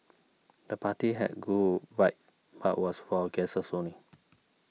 the party had a cool vibe but was for guests only